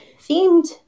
themed